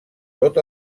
tot